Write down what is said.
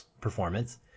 performance